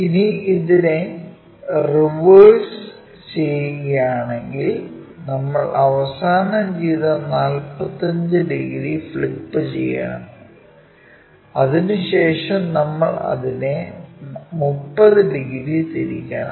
ഇനി ഇതിന്റെ റിവേഴ്സ് ചെയ്യുകയാണെങ്കിൽ നമ്മൾ അവസാനം ചെയ്ത 45 ഡിഗ്രി ഫ്ലിപ്പുചെയ്യണം അതിനുശേഷം നമ്മൾ അതിനെ 30 ഡിഗ്രി തിരിക്കണം